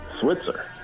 Switzer